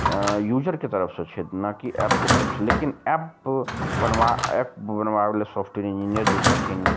यूजरके तरफ सऽ छथि ने की एपके तरफ से लेकिन एप बनबा एप बनबाबै लए सॉफ्टवेर इंजीनियर जे छथिन